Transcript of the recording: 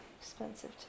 expensive